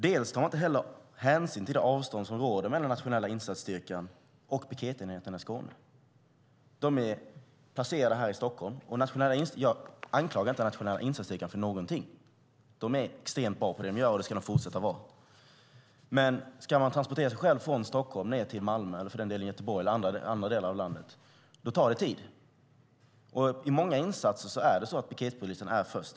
Man tar heller inte hänsyn till det avstånd som råder mellan Nationella insatsstyrkan och piketenheterna i Skåne. Den är placerad här i Stockholm. Jag anklagar inte Nationella insatsstyrkan för någonting. Den är extremt bra på vad den gör, och det ska den fortsätta att vara. Men ska den transportera sig själv från Stockholm ner till Malmö eller för den delen Göteborg eller andra delar av landet tar det tid. I många insatser är piketpolisen först.